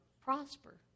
prosper